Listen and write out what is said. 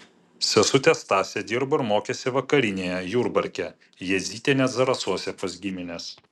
sesutė stasė dirbo ir mokėsi vakarinėje jurbarke jadzytė net zarasuose pas gimines